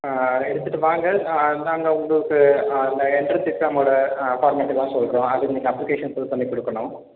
எடுத்துகிட்டு வாங்க நாங்கள் உங்களுக்கு அந்த எண்ட்ரன்ஸ் எக்ஸாமோட ஃபார்மெட்டுலாம் சொல்லுறோம் அதுக்கு இன்னைக்கு அப்ளிகேஷன் ஃபில் பண்ணிக் கொடுக்கணும்